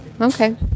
Okay